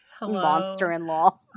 Monster-in-Law